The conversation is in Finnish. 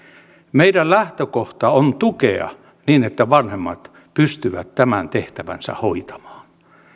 meidän lähtökohtamme on tukea niin että vanhemmat pystyvät tämän tehtävänsä hoitamaan